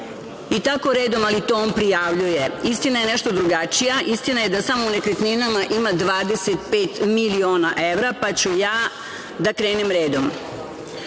i tako redom. Ali to on prijavljuje. Istina je nešto drugačija. Istina je da samo u nekretninama ima 25.000.000 evra, pa ću ja da krenem redom,